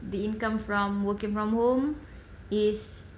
the income from working from home is